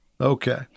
Okay